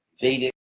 Vedic